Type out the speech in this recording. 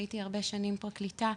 הייתי הרבה שנים פרקליטה,